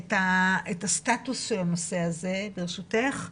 את הסטטוס של הנושא הזה ברשותך,